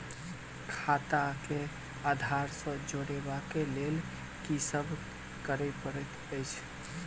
खाता केँ आधार सँ जोड़ेबाक लेल की सब करै पड़तै अछि?